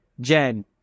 Jen